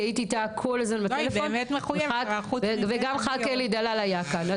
כי הייתי איתה כל הזמן בטלפון וגם ח"כ אלי דלל היה כאן.